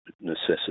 necessity